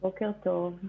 בוקר טוב.